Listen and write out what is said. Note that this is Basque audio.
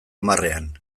hamarrean